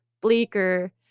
bleaker